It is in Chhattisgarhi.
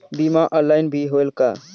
बीमा ऑनलाइन भी होयल का?